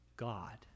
God